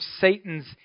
Satan's